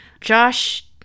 Josh